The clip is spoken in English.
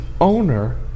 owner